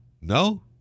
No